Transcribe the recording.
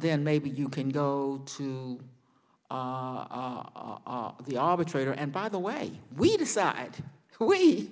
then maybe you can go to the arbitrator and by the way we decide who we